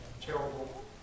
terrible